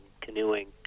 canoeing